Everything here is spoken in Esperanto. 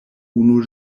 unu